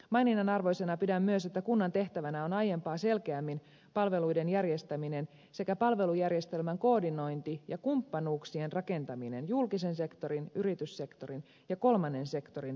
maininnan arvoisena pidän myös että kunnan tehtävänä on aiempaa selkeämmin palveluiden järjestäminen sekä palvelujärjestelmän koordinointi ja kumppanuuksien rakentaminen julkisen sektorin yrityssektorin ja kolmannen sektorin välille